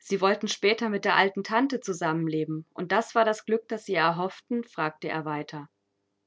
sie wollten später mit der alten tante zusammenleben und das war das glück das sie erhofften fragte er weiter